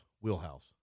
wheelhouse